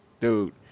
dude